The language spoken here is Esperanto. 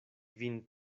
vin